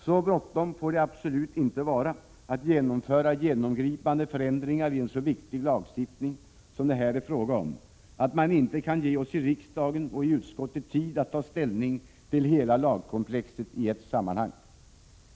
Så bråttom får det absolut inte vara att genomföra genomgripande förändringar i en så viktig lagstiftning som det här är fråga om, att man inte kan ge oss i riksdagen tid att ta ställning till hela lagkomplexet i ett sammanhang.